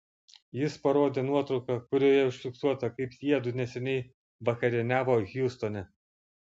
jis parodė nuotrauką kurioje užfiksuota kaip jiedu neseniai vakarieniavo hjustone